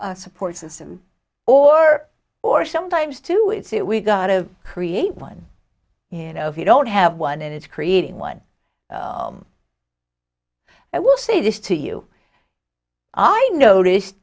a support system or or sometimes to do it we've got to create one you know if you don't have one and it's creating one i will say this to you i noticed